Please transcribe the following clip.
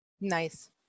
Nice